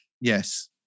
Yes